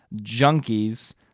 Junkies